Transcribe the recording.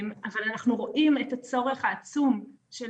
אבל אנחנו רואים את הצורך העצום של